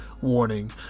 warning